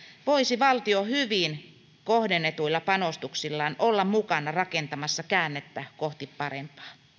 voisi valtio hyvin olla kohdennetuilla panostuksillaan mukana rakentamassa käännettä kohti parempaa